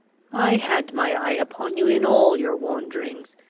i had my eye upon you in all your wanderings.